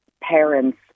parents